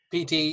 pt